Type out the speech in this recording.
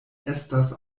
estas